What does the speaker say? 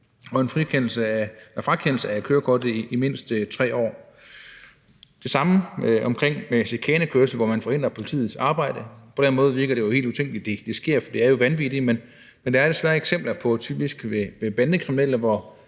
og en frakendelse af kørekortet i mindst 3 år. Det er det samme i forbindelse med chikanekørsel, hvor man forhindrer politiets arbejde. Det virker helt utænkeligt, at det kan ske, for det er jo vanvittigt, men der er desværre eksempler på det, typisk i forbindelse med